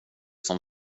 som